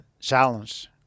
Challenge